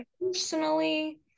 personally